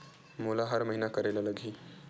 मोला हर महीना करे ल लगही?